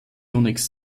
unix